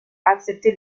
accepter